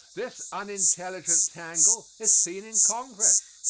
this unintelligent tangle is seen in congress.